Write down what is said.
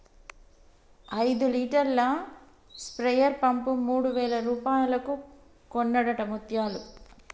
ఐదు లీటర్ల sprayer pump మూడు వేల రూపాయలకు కొన్నడట ముత్యాలు